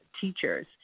teachers